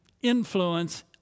influence